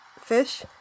fish